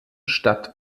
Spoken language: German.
statt